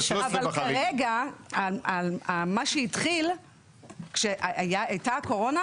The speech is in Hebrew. החוק אומר את זה מלכתחילה אבל כרגע מה שהתחיל כשהייתה הקורונה,